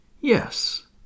Yes